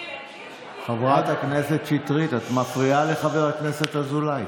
חברת הכנסת שטרית, את מפריעה לחבר הכנסת אזולאי.